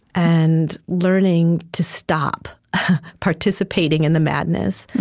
and learning to stop participating in the madness.